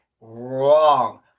Wrong